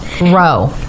row